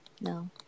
No